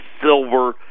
silver